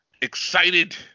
Excited